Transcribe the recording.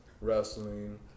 wrestling